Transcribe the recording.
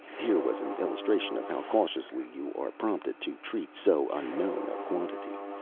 here was an illustration of how cautiously you are prompted to treat so unknown a quantity.